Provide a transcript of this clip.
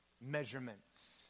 measurements